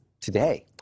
today